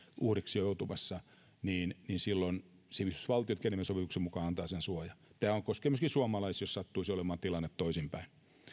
uhriksi joutumassa niin niin silloin sivistysvaltiot geneven sopimuksen mukaan antavat sen suojan tämä koskee myöskin suomalaisia jos sattuisi olemaan tilanne toisinpäin